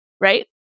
right